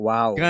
Wow